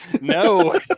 No